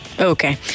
Okay